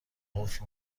قفل